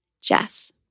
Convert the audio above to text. Jess